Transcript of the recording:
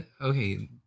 Okay